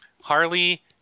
Harley